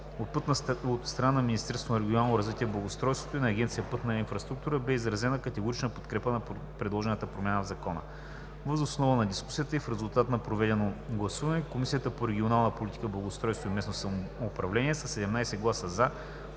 благоустройството и на Агенция „Пътна инфраструктура“ бе изразена категорична подкрепа за предложената промяна в Закона. Въз основа на дискусията и в резултат на проведеното гласуване Комисията по регионална политика, благоустройство и местно самоуправление със 17 гласа